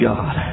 God